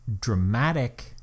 dramatic